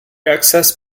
excess